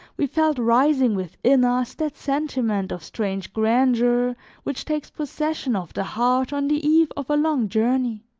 we felt rising within us that sentiment of strange grandeur which takes possession of the heart on the eve of a long journey,